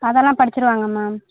அதெல்லாம் படிச்சுருவாங்க மேம்